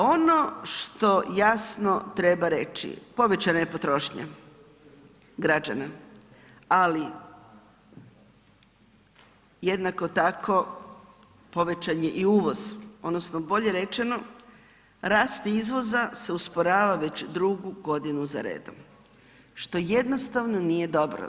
Ono što jasno treba reći, povećana je potrošnja građana ali jednako tako povećan je i uvoz odnosno bolje rečeno, rast izvoza se usporava već drugu godinu za redom što jednostavno nije dobro.